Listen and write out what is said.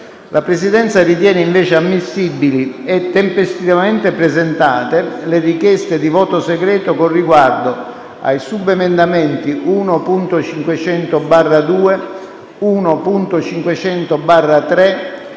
La Presidenza ritiene invece ammissibili e tempestivamente presentate le richieste di voto segreto con riguardo agli emendamenti 1.500/2, 1.500/3,